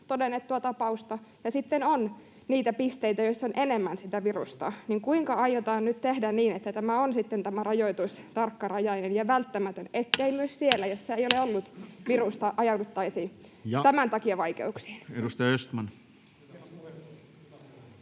todennettua tapausta, ja sitten on niitä pisteitä, joissa on enemmän sitä virusta — niin kuinka aiotaan nyt tehdä niin, että tämä rajoitus on sitten tarkkarajainen ja välttämätön, ettei myös siellä, missä ei ole ollut virusta, ajauduttaisi tämän takia vaikeuksiin? Ja edustaja Östman.